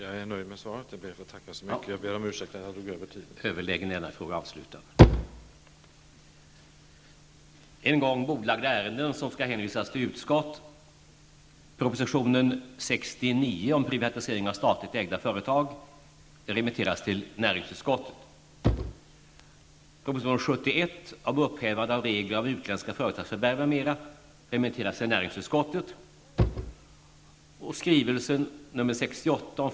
Jag är nöjd med svaret, och jag ber att få tacka så mycket för det.